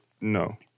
no